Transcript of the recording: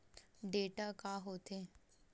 Data का होथे?